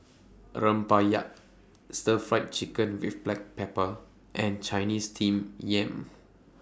A Rempeyek Stir Fried Chicken with Black Pepper and Chinese Steamed Yam